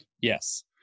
Yes